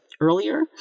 earlier